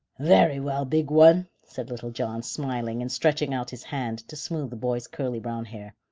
very well, big one, said little john, smiling and stretching out his hand to smooth the boy's curly brown hair.